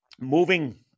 Moving